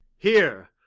here,